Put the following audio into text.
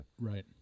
Right